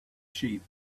sheep